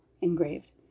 engraved